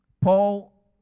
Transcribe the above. Paul